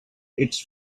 its